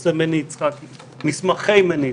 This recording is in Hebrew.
בנושא מסמכי מני יצחקי.